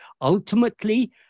Ultimately